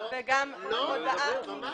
לא, ממש לא.